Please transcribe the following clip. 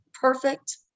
perfect